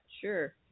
sure